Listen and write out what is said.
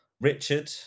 Richard